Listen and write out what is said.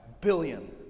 billion